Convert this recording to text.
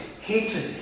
hatred